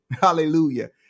Hallelujah